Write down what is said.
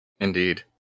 Indeed